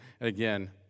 again